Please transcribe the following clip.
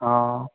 हा